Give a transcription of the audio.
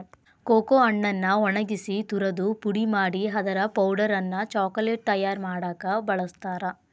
cocoa ಹಣ್ಣನ್ನ ಒಣಗಿಸಿ ತುರದು ಪುಡಿ ಮಾಡಿ ಅದರ ಪೌಡರ್ ಅನ್ನ ಚಾಕೊಲೇಟ್ ತಯಾರ್ ಮಾಡಾಕ ಬಳಸ್ತಾರ